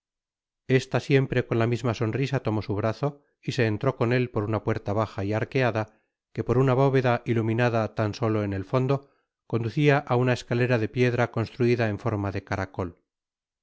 esta siempre con la misma sonrisa tomó su brazo y se entró con él por una puerta baja y arqueada que por una bóveda iluminada tan solo en el fondo conducia á una escalera de piedra construida en forma de caracol